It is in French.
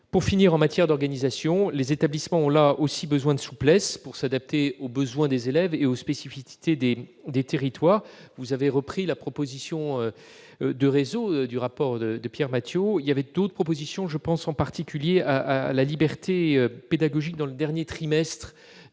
Pour finir, en matière d'organisation, les établissements ont également besoin de souplesse pour s'adapter aux besoins des élèves et aux spécificités des territoires. Vous avez repris la proposition de réseau du rapport de Pierre Mathiot. D'autres propositions- je pense en particulier à la liberté pédagogique dans le dernier trimestre